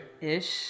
ish